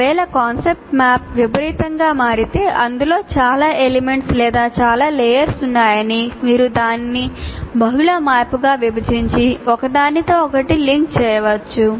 ఒకవేళ concept map విపరీతంగా మారితే అందులో చాలా ఎలిమెంట్స్ లేదా చాలా లేయర్స్ ఉన్నాయని మీరు దానిని బహుళ మ్యాప్లుగా విభజించి ఒకదానితో ఒకటి లింక్ చేయవచ్చు